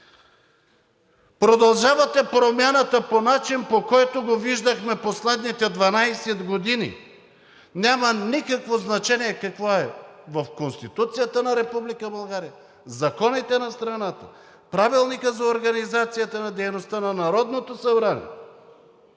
Продължавате промяната по начин, по който го виждахме последните 12 години. Няма никакво значение какво е в Конституцията на Република България, в законите на страната, в Правилника за организацията и дейността на Народното събрание,